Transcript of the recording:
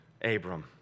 Abram